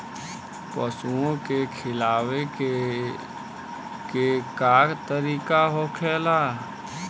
पशुओं के खिलावे के का तरीका होखेला?